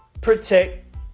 protect